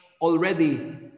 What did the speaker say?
already